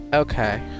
Okay